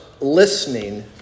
listening